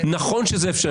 נכון שזה אפשרי.